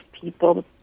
people